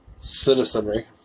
citizenry